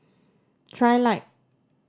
trilight